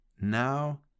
now